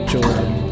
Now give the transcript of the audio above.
Jordan